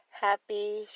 happy